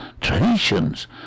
traditions